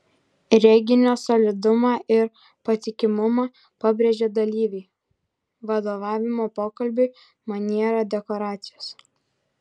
reginio solidumą ir patikimumą pabrėžia dalyviai vadovavimo pokalbiui maniera dekoracijos